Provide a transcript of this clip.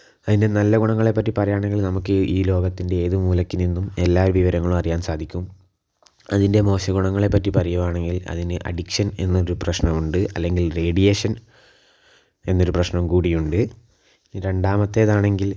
അതിന്റെ നല്ല ഗുണങ്ങളെ പറ്റി പറയുകയാണെങ്കിൽ നമുക്ക് ഈ ലോകത്തിൻറ്റെ ഏത് മൂലയ്ക്ക് നിന്നും എല്ലാ വിവരങ്ങളും അറിയാൻ സാധിക്കും അതിൻറ്റെ മോശ ഗുണങ്ങളെ പറ്റി പറയുവാണെങ്കിൽ അതിനു അഡിക്ഷൻ എന്നൊരു പ്രശ്നമുണ്ട് അല്ലെങ്കിൽ റേഡിയേഷൻ എന്നൊരു പ്രശ്നം കൂടിയുണ്ട് ഈ രണ്ടാമത്തേതാണെങ്കിൽ